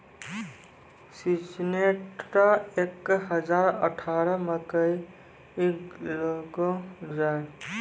Syngenta एक हजार अठारह मकई लगैलो जाय?